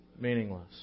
Meaningless